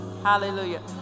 Hallelujah